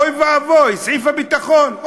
אוי ואבוי, סעיף הביטחון.